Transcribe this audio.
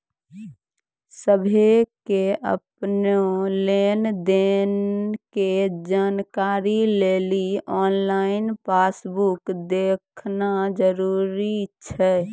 सभ्भे के अपनो लेन देनो के जानकारी लेली आनलाइन पासबुक देखना जरुरी छै